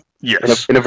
Yes